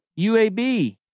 UAB